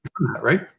right